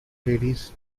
ladies